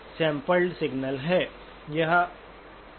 तो यह sampled signal है